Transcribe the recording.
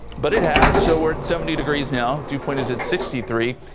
but it has so we're at seventy degrees now dew point is at sixty three.